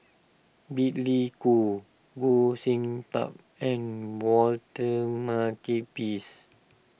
Billy Koh Goh Sin Tub and Walter Makepeace